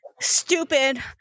stupid